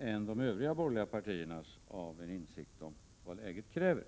än de övriga borgerliga partiernas har präglats av en insikt om vad läget kräver.